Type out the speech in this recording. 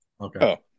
Okay